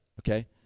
okay